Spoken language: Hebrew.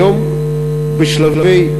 היום בשלבי,